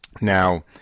Now